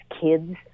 kids